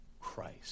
Christ